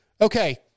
Okay